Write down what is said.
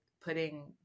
putting